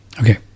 Okay